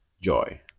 Joy